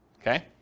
Okay